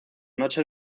noche